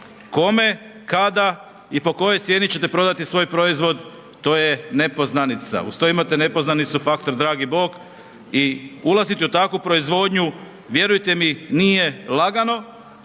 kome, kada i po kojoj cijeni ćete prodati svoj proizvod, to je nepoznanica, uz to imate nepoznanicu faktor dragi Bog i ulazite u takvu proizvodnju, vjerujte mi nije lagano,